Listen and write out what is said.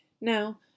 Now